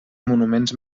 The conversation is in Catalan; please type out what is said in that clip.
monuments